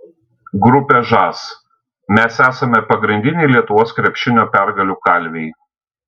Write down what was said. grupė žas mes esame pagrindiniai lietuvos krepšinio pergalių kalviai